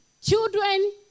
Children